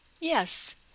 Yes